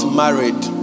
married